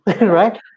right